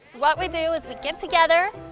what we do is we get together,